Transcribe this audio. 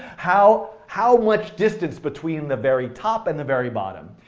how how much distance between the very top and the very bottom.